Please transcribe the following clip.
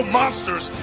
monsters